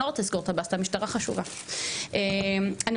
אני לא רוצה לסגור את הבסטה, המשטרה חשובה.